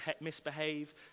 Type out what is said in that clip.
misbehave